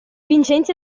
vincenzi